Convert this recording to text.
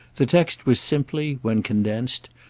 the text was simply, when condensed,